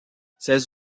ces